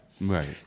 Right